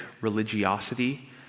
religiosity